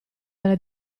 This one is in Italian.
della